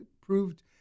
proved